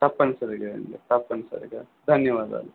తప్పనిసరిగా అండి తప్పనిసరిగా ధన్యవాదాలు